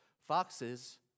foxes